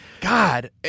God